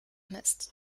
mist